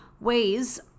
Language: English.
ways